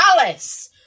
Alice